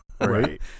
Right